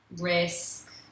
risk